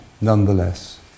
nonetheless